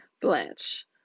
Blanche